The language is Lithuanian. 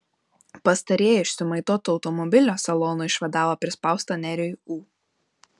pastarieji iš sumaitoto automobilio salono išvadavo prispaustą nerijų ū